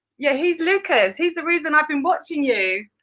yeah, he's lucas. he's the reason i've been watching you.